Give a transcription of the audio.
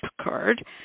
card